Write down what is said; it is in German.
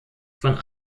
von